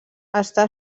està